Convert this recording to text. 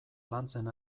lantzen